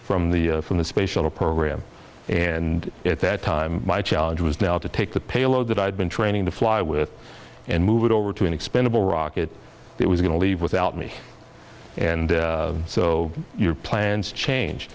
from the from the space shuttle program and at that time my challenge was now to take the payload that i had been training to fly with and move it over to an expendable rocket that was going to leave without me and so your plans change